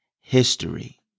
history